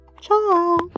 Ciao